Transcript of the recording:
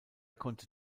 konnte